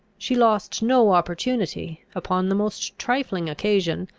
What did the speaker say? she lost no opportunity, upon the most trifling occasion,